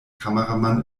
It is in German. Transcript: kameramann